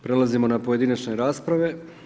Prelazimo na pojedinačne rasprave.